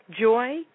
joy